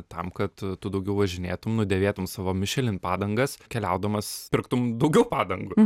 tam kad tu daugiau važinėtum nudėvėtum savo michelin padangas keliaudamas pirktum daugiau padangų